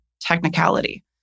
technicality